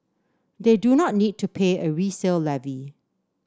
they do not need to pay a resale levy